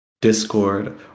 Discord